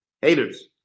haters